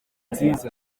nziza